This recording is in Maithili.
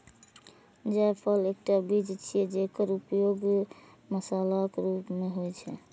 जायफल एकटा बीज छियै, जेकर उपयोग मसालाक रूप मे होइ छै